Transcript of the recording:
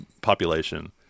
population